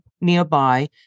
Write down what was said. nearby